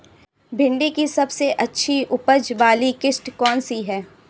भिंडी की सबसे अच्छी उपज वाली किश्त कौन सी है?